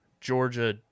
Georgia